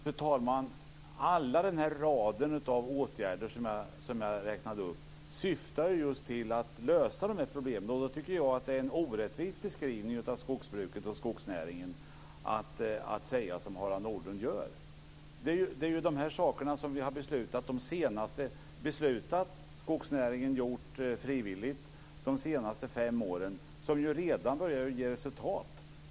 Fru talman! Hela den här raden av åtgärder som jag räknade upp syftar just till att lösa de här problemen. Då tycker jag att det är en orättvis beskrivning av skogsbruket och skogsnäringen att säga som Harald Nordlund gör. Det är ju de här sakerna, som vi har beslutat, som skogsnäringen har gjort frivilligt de senaste fem åren och som redan börjar ge resultat.